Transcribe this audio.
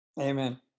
Amen